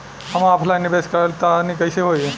हम ऑफलाइन निवेस करलऽ चाह तनि कइसे होई?